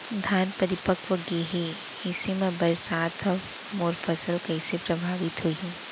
धान परिपक्व गेहे ऐसे म बरसात ह मोर फसल कइसे प्रभावित होही?